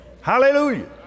Hallelujah